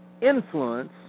influence